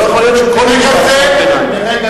לא יכול להיות שכל משפט, קריאת ביניים.